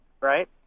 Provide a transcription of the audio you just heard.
Right